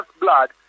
blood